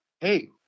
Hey